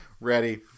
ready